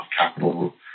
capital